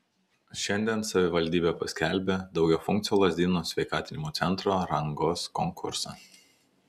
šiandien savivaldybė paskelbė daugiafunkcio lazdynų sveikatinimo centro rangos konkursą